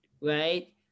right